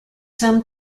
some